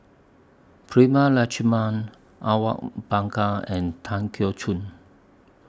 Prema Letchumanan Awang Bakar and Tan Keong Choon